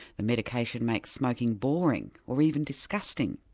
the medication makes smoking boring, or even disgusting,